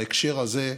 בהקשר הזה,